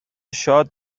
شاد